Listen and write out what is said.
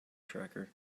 tracker